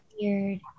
weird